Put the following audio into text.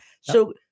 So-